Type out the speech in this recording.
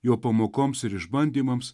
jo pamokoms ir išbandymams